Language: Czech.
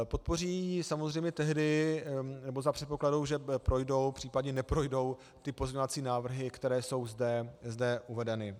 Podpoří ji samozřejmě tehdy, nebo za předpokladu, že projdou, případně neprojdou ty pozměňovací návrhy, které jsou zde uvedeny.